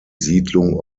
siedlung